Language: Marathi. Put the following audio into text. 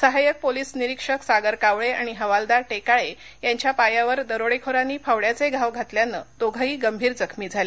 सहायक पोलीस निरीक्षक सागर कावळे आणि हवालदार टेकाळे यांच्या पायावर दरोडेखोरांनी फावड्याचे घाव घातल्यानं दोघंही गंभीर जखमी झाले